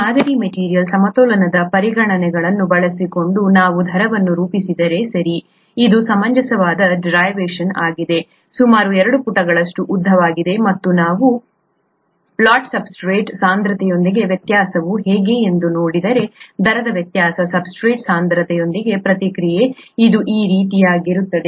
ಈ ಮಾದರಿ ಮತ್ತು ಮೆಟೀರಿಯಲ್ ಸಮತೋಲನದ ಪರಿಗಣನೆಗಳನ್ನು ಬಳಸಿಕೊಂಡು ನಾವು ದರಗಳನ್ನು ರೂಪಿಸಿದರೆ ಸರಿ ಇದು ಸಮಂಜಸವಾದ ಡೇರಿವೇಶನ್ ಆಗಿದೆ ಸುಮಾರು ಎರಡು ಪುಟಗಳಷ್ಟು ಉದ್ದವಾಗಿದೆ ಮತ್ತು ನಾವು ಪ್ಲಾಟ್ ಸಬ್ಸ್ಟ್ರೇಟ್ ಸಾಂದ್ರತೆಯೊಂದಿಗೆ ವ್ಯತ್ಯಾಸವು ಹೇಗೆ ಎಂದು ನೋಡಿದರೆ ದರದ ವ್ಯತ್ಯಾಸ ಸಬ್ಸ್ಟ್ರೇಟ್ ಸಾಂದ್ರತೆಯೊಂದಿಗೆ ಪ್ರತಿಕ್ರಿಯೆ ಇದು ಈ ರೀತಿಯಾಗಿರುತ್ತದೆ